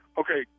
okay